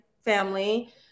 family